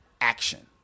action